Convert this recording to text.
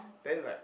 then like